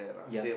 ya